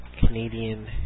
Canadian